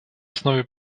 основе